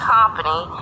Company